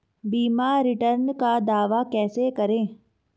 बीमा रिटर्न का दावा कैसे करें?